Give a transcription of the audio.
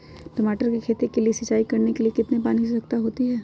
टमाटर की खेती के लिए सिंचाई करने के लिए कितने पानी की आवश्यकता होती है?